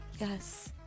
yes